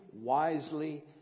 wisely